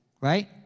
Right